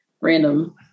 random